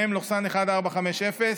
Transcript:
מ/1450,